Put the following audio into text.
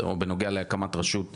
או בנוגע להקמת רשות האסדרה.